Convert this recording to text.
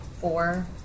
Four